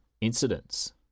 incidents